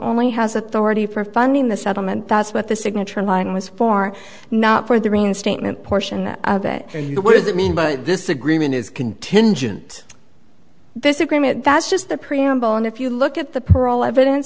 only has authority for funding the settlement that's what the signature line was for not for the reinstatement portion of it and what does that mean but this agreement is contingent this agreement that's just the preamble and if you look at the parole evidence